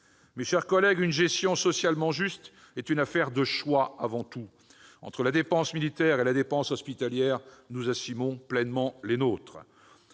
Mes chers collègues, une gestion socialement juste est une affaire de choix avant tout. Entre la dépense militaire et la dépense hospitalière, nous assumons pleinement les nôtres.